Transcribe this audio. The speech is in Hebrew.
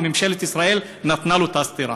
וממשלת ישראל נתנה לו את הסטירה.